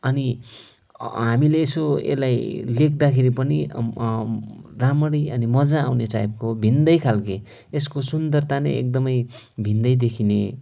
अनि हामीले यसो यसलाई लेख्दाखेरि पनि राम्ररी अनि मजा आउने टाइपको भिन्नै खालको यसको सुन्दरता नै एकदम भिन्नै देखिने